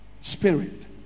spirit